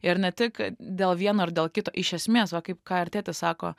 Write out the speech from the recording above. ir ne tik dėl vieno ar dėl kit iš esmės va kaip ką ir tėtis sako